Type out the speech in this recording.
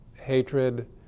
hatred